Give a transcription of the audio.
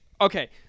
okay